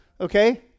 Okay